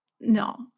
No